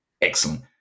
Excellent